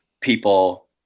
people